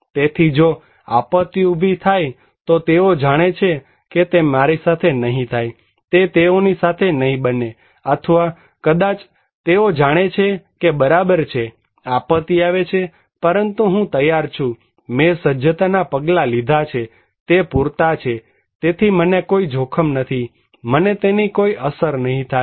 તેથી જો આપત્તિ ઊભી થાય તો તેઓ જાણે છે કે તે મારી સાથે નહીં થાય તે તેઓની સાથે નહીં બને અથવા કદાચ તેઓ જાણે છે કે બરાબર છે આપત્તિ આવે છે પરંતુ હું તૈયાર છું મેં જે સજ્જતાના પગલાં લીધા છે તે પૂરતા છે તેથી મને કોઈ જોખમ નથી મને તેની કોઈ અસર નહીં થાય